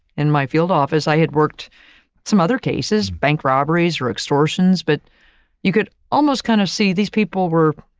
in my field office, i had worked some other cases, bank robberies or extortions. but you could almost kind of see these people were,